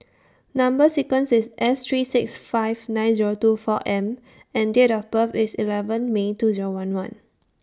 Number sequence IS S three six five nine Zero two four M and Date of birth IS eleven May two Zero one one